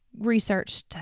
research